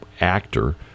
actor